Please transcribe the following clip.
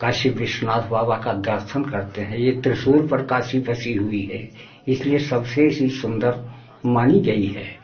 काशी विश्वनाथ बाबा का दर्शन करते हैं यह त्रिशूल पर काशी बसी हुई है इसलिए सबसे से सुंदर मानी गई है